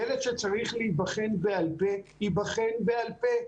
ילד שצריך להיבחן בעל-פה, ייבחן בעל-פה.